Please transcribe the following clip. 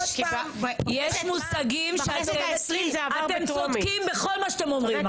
יש מושגים --- אתם צודקים בכל מה שאתם אומרים.